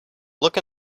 look